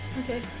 Okay